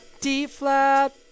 D-flat